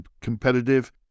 competitive